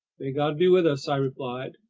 may god be with us! i replied.